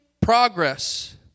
progress